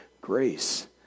grace